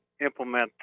implement